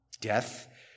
Death